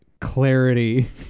clarity